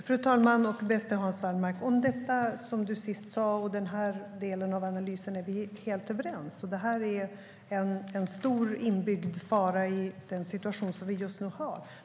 Fru talman! Om det du sist sa och den delen av analysen är vi helt överens, bäste Hans Wallmark. Det är en stor inbyggd fara i den situation som vi just nu har.